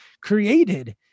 created